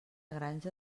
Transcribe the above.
granja